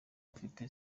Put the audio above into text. mfite